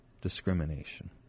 discrimination